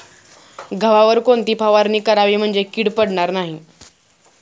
गव्हावर कोणती फवारणी करावी म्हणजे कीड पडणार नाही?